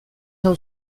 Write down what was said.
hau